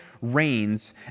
reigns